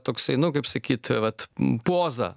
toksai nu kaip sakyt vat poza